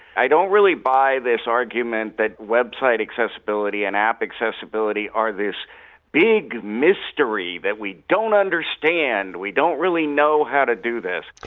i don't really buy this argument that website accessibility and app accessibility are this big mystery that we don't understand, we don't really know how to do this.